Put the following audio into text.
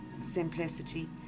simplicity